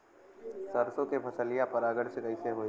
सरसो के फसलिया परागण से कईसे होई?